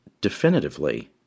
definitively